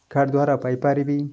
card ଦ୍ୱାରା ପାଇପାରିବି